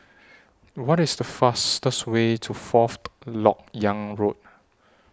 What IS The fastest Way to Fourth Lok Yang Road